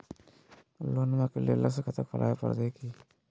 लोनमा के लिए अलग से खाता खुवाबे प्रतय की?